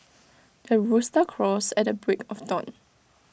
the rooster crows at the break of dawn